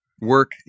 work